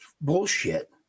bullshit